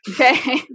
Okay